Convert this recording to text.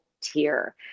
tier